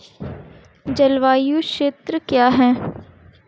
जलवायु क्षेत्र क्या है?